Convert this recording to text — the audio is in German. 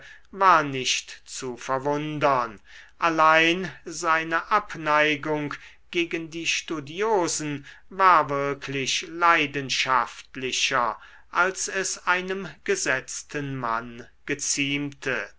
war nicht zu verwundern allein seine abneigung gegen die studiosen war wirklich leidenschaftlicher als es einem gesetzten mann geziemte